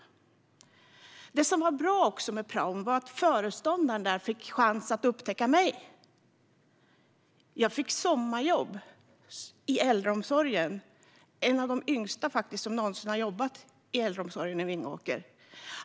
Det som också var bra var att föreståndaren fick en chans att upptäcka mig. Jag fick sommarjobb i äldreomsorgen och var en av de yngsta som någonsin har jobbat i äldreomsorgen i Vingåker.